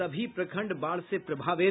सभी प्रखंड बाढ़ से प्रभावित